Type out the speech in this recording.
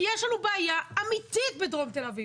כי יש לנו בעיה אמיתית בדרום תל אביב.